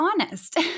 honest